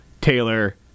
Taylor